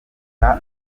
akaba